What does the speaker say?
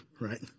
right